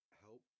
help